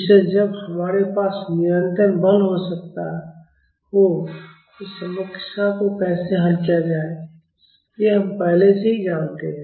इसलिए जब हमारे पास निरंतर बल हो तो समस्या को कैसे हल किया जाए यह हम पहले से ही जानते हैं